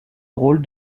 rôle